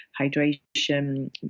hydration